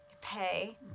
pay